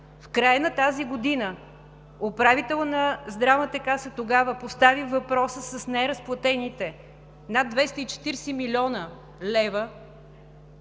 В края на тази година управителят на Здравната каса тогава постави въпроса с неразплатените над 240 млн. лв.